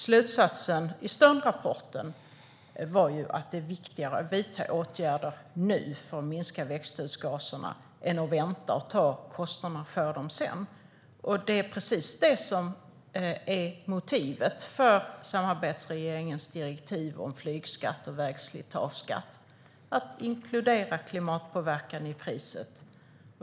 Slutsatsen i Sternrapporten var alltså att det är viktigare att vidta åtgärder nu för att minska växthusgaserna än att vänta och ta kostnaderna för dem sedan. Det är precis det som är motivet för samarbetsregeringens direktiv om flygskatt och vägslitageskatt - att inkludera klimatpåverkan i priset.